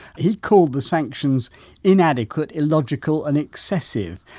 he called the sanctions inadequate, illogical and excessive.